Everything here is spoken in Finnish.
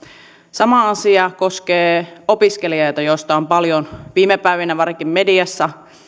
sama asia koskee opiskelijoita joista on paljon viime päivinä varsinkin mediassa